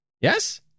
Yes